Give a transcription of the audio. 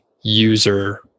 user